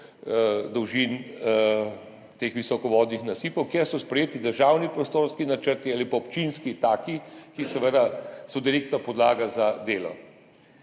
dolžine visokovodnih nasipov, kjer so sprejeti državni prostorski načrti ali pa taki občinski načrti, ki seveda so direktna podlaga za delo.